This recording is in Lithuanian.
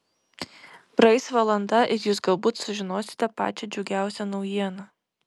praeis valanda ir jūs galbūt sužinosite pačią džiugiausią naujieną